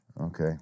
Okay